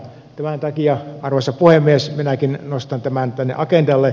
tämän takia arvoisa puhemies minäkin nostan tämän tänne agendalle